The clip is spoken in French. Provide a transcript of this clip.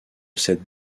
cette